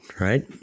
right